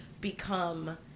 become